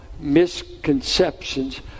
misconceptions